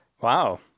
Wow